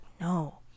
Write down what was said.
no